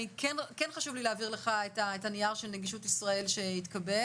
כן חשוב לי להעביר לך את הנייר של נגישות ישראל שהתקבל.